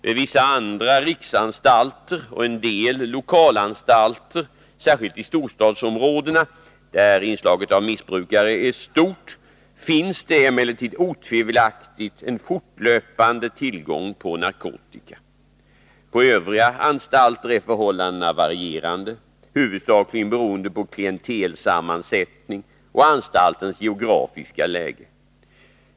Vid vissa andra riksanstalter och en del lokalanstalter, särskilt i storstadsområdena där inslaget av missbrukare är stort, finns det emellertid otvivelaktigt en fortlöpande tillgång på narkotika. På övriga anstalter är förhållandena varierande, huvudsakligen beroende på klientelsammansättning och anstaltens geografiska läge.